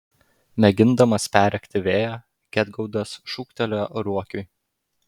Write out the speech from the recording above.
mėgindamas perrėkti vėją gedgaudas šūktelėjo ruokiui